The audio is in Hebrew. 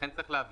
לכן צריך להבהיר